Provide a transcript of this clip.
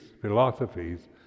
philosophies